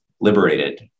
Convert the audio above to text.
liberated